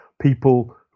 people